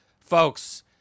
folks